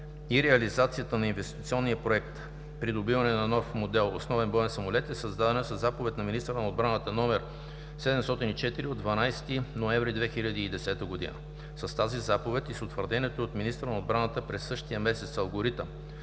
и реализацията на Инвестиционен проект „Придобиване на нов модел основен боен самолет“ е създадена със заповед на министъра на отбраната № ОХ 704 от 12 ноември 2010 г. С тази заповед и с утвърдените от министъра на отбраната през същия месец „Алгоритъм